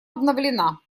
обновлена